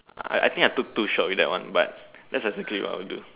I I think I took two shot with that one but that's exactly what I would do